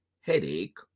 headache